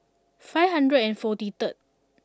five hundred and forty third